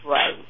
Right